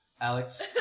Alex